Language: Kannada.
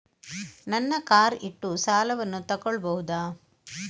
ನನ್ನ ಕಾರ್ ಇಟ್ಟು ಸಾಲವನ್ನು ತಗೋಳ್ಬಹುದಾ?